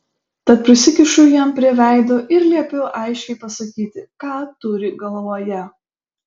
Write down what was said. tad prisikišu jam prie veido ir liepiu aiškiai pasakyti ką turi galvoje